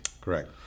Correct